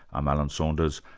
i'm alan saunders,